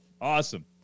awesome